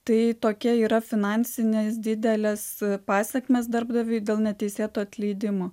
tai tokia yra finansinės didelės pasekmės darbdaviui dėl neteisėto atleidimo